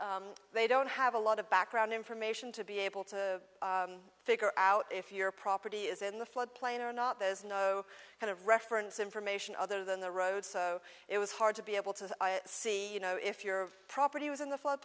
see they don't have a lot of background information to be able to figure out if your property is in the flood plain or not there's no kind of reference information other than the road so it was hard to be able to see you know if your property was in the flood